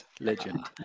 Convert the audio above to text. Legend